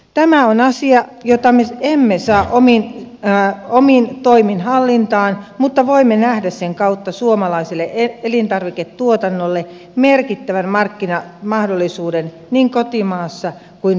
tämä on asia jota me emme saa omin toimin hallintaan mutta voimme nähdä sen kautta suomalaiselle elintarviketuotannolle merkittävän markkinamahdollisuuden niin kotimaassa kuin viennissäkin